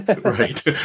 Right